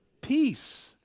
Peace